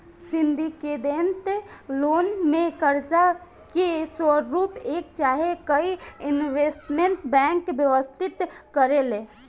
syndicated loan में कर्जा के स्वरूप एक चाहे कई इन्वेस्टमेंट बैंक व्यवस्थित करेले